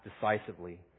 decisively